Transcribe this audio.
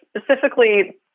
specifically